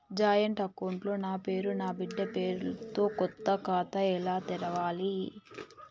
Joint account లో నా పేరు నా బిడ్డే పేరు తో కొత్త ఖాతా ఎలా తెరవాలి?